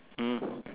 mm